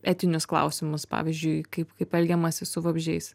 etinius klausimus pavyzdžiui kaip kaip elgiamasi su vabzdžiais